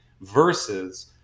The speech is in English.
versus